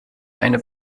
eine